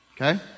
Okay